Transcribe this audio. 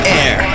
air